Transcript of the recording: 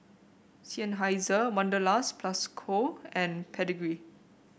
Seinheiser Wanderlust Plus Co and Pedigree